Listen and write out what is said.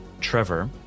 Trevor